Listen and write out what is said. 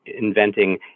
inventing